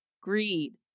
greed